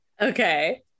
okay